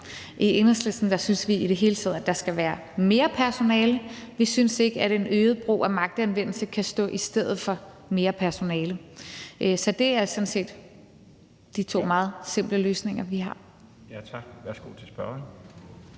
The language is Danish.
I Enhedslisten synes vi i det hele taget, at der skal være mere personale. Vi synes ikke, at en øget brug af magtanvendelse kan stå i stedet for mere personale. Så det er sådan set de to meget simple løsninger, vi har.